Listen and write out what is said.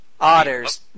Otters